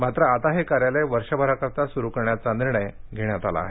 मात्र आता हे कार्यालय वर्षभराकरीता सूरू करण्याचा निर्णय घेण्यात आला आहे